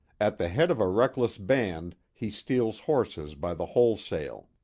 at the head of a reckless band, he steals horses by the wholesale.